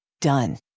Done